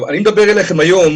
אני מדבר אליכם היום